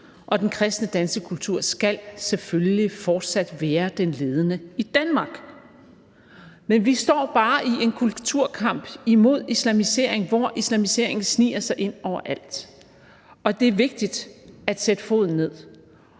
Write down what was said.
Den kristne danske kultur skal selvfølgelig fortsat være den ledende i Danmark. Vi står bare i en kulturkamp imod islamisering, hvor islamiseringen sniger sig ind overalt, og det er vigtigt at sætte foden ned.